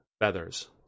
feathers